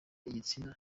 igitsina